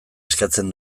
eskatzen